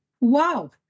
Wow